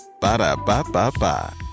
Ba-da-ba-ba-ba